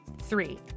Three